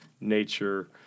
nature